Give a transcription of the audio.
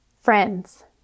Friends